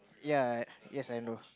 ya yes I know